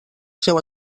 seu